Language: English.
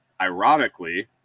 ironically